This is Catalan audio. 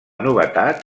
novetat